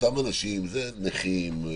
זה נכים,